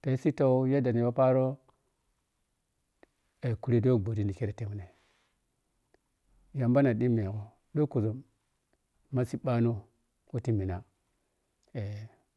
tayi siffa yadda ni yo paaro eh kuret yo ɓhati pire temine yamba na ɗhimme gho ɗhukkuzum ma siiɓano weti mina eh.